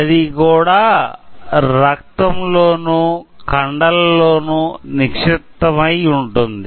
అది కూడా రక్తం లోను కండల లోను నిక్షిప్తమయ్యి ఉంటుంది